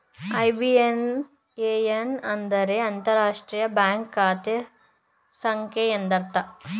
IBAN ಅಂದರೆ ಅಂತರರಾಷ್ಟ್ರೀಯ bank ಖಾತೆ ಸಂಖ್ಯೆ ಎಂದರ್ಥ